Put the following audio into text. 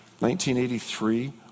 1983